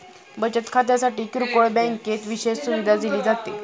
बचत खात्यासाठी किरकोळ बँकेत विशेष सुविधा दिली जाते